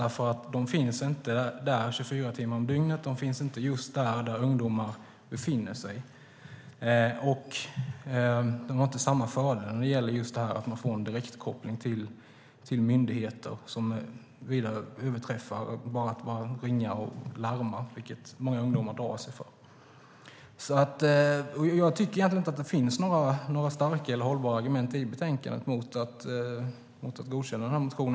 De finns inte där 24 timmar om dygnet. De finns inte just där ungdomar befinner sig. De har inte samma fördelar när det gäller att få en direktkoppling till myndigheter som vida överträffar att ringa och larma, vilket många ungdomar drar sig för. Jag tycker egentligen inte att det finns några starka eller hållbara argument i betänkandet mot att godkänna denna motion.